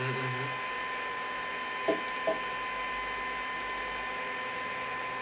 mm mmhmm